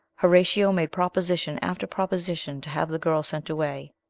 horatio made proposition after proposition to have the girl sent away,